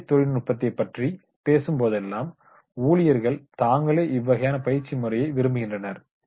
இழுவை தொழில்நுட்பத்தை பற்றி பேசும்போதெல்லாம் ஊழியர்கள் தாங்களே இவ்வகையான பயிற்சி முறையை விரும்புகின்றனர்